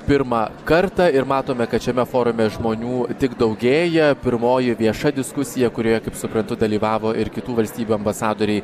pirmą kartą ir matome kad šiame forume žmonių tik daugėja pirmoji vieša diskusija kurioje kaip suprantu dalyvavo ir kitų valstybių ambasadoriai